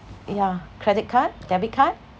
yeah credit card debit card